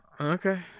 Okay